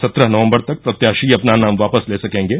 सत्रह नवम्बर तक प्रत्याशी अपना नाम वापस ले सकेंगे